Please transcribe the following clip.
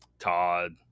Todd